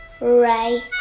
Ray